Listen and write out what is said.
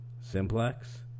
Simplex